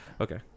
Okay